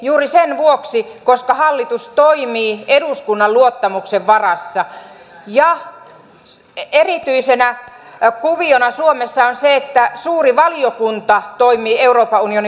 juuri sen vuoksi että hallitus toimii eduskunnan luottamuksen varassa ja erityisenä kuviona suomessa on se että suuri valiokunta toimii euroopan unioni valiokuntana